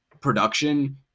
production